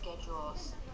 schedules